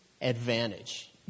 advantage